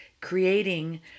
creating